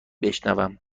بشنوم